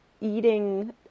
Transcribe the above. eating